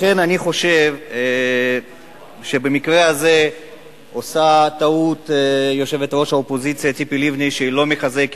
לכן אני חושב שבמקרה הזה יושבת-ראש האופוזיציה ציפי לבני עושה טעות